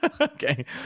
Okay